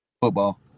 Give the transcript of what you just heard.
football